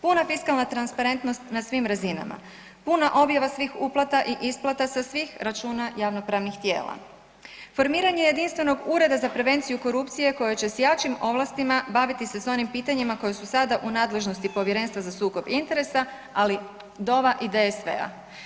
Puna fiskalna transparentnost na svim razinama, puna objava svih uplata i isplata sa svih računa javnopravnih tijela, formiranje jedinstvenog ureda za prevenciju korupcije koja će s jačim ovlastima baviti se s onim pitanjima koja su sada u nadležnosti Povjerenstva za sukob interesa, ali DOV-a i DSV-a.